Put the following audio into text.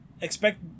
expect